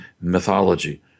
mythology